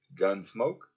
Gunsmoke